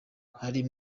ari